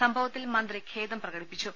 സംഭവത്തിൽ മന്ത്രി ഖേദം പ്രകടിപ്പിച്ചു